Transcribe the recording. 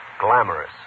glamorous